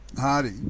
Hardy